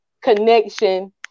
connection